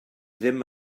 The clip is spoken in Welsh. ddim